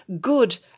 good